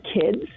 kids